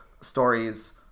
stories